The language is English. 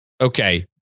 Okay